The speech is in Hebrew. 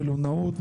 מלונאות,